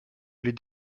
les